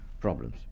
problems